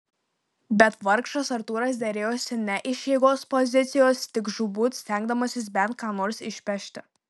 bet vargšas artūras derėjosi ne iš jėgos pozicijos tik žūtbūt stengdamasis bent ką nors išpešti